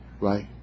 Right